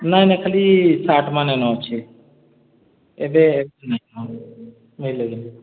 ନାଇଁ ନାଇଁ ଖାଲି ସାର୍ଟ୍ ମାନେ ନ ଅଛେ ଏବେ ବୁଝ୍ଲେ କି ନି